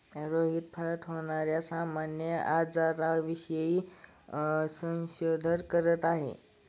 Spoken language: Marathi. रोहित फळात होणार्या सामान्य आजारांविषयी संशोधन करीत आहे